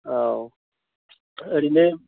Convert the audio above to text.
औ ओरैनो